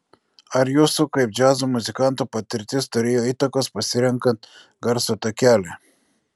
ar jūsų kaip džiazo muzikanto patirtis turėjo įtakos pasirenkant garso takelį